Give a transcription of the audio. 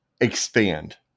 expand